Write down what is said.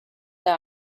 der